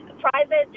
private